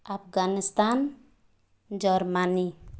Afghanistan Germany